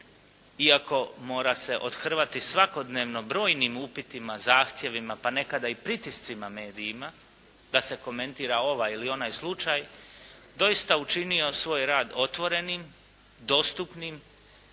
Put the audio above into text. iako mora se othrvati svakodnevno brojnim upitima, zahtjevima, pa nekada i pritiscima medija da se komentira ovaj ili onaj slučaj doista učinio svoj rad otvorenim, dostupnim